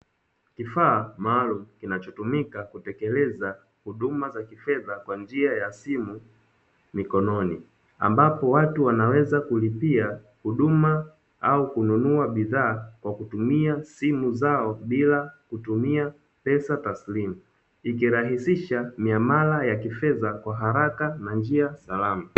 Kifaa maalum kinachotumika kutekeleza huduma za kifedha kwa njia ya simu mikononi, ambapo watu wanaweza kulipia huduma au kununua bidhaa kwa kutumia simu zao bila kutumia pesa taslimu. Ikirahisisha miamala ya kifedha kwa haraka na njia salama.